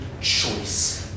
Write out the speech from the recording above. choice